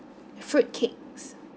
fruitcakes